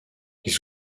les